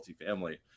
multifamily